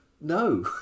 no